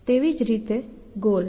તેવી જ રીતે ગોલ